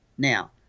Now